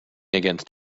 against